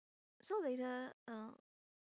so later uh